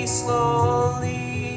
slowly